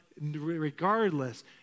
regardless